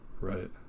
Right